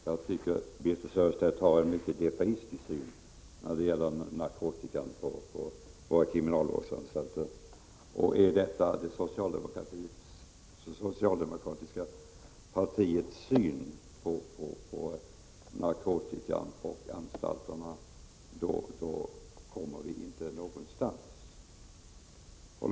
Herr talman! Jag tycker att Birthe Sörestedt har en mycket defaitistisk syn på narkotikan på våra kriminalvårdsanstalter. Är detta det socialdemokratis ka partiets syn på narkotikan och anstalterna kommer vi inte någonstans.